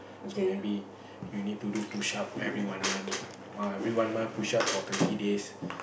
so maybe you need to do push up every one month uh every one month push up for twenty days